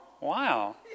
Wow